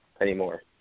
anymore